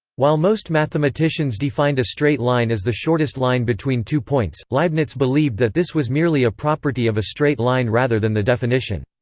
while most mathematicians defined a straight line as the shortest line between two points, leibniz believed that this was merely a property of a straight line rather than the definition.